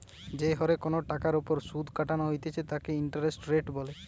যেই হরে কোনো টাকার ওপর শুধ কাটা হইতেছে তাকে ইন্টারেস্ট রেট বলে